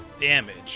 damage